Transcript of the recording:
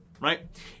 right